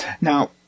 Now